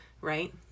Right